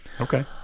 okay